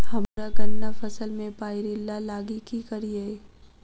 हम्मर गन्ना फसल मे पायरिल्ला लागि की करियै?